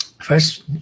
First